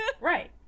right